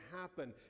happen